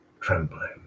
trembling